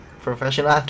professional